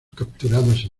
capturados